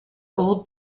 old